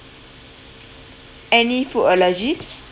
any food allergies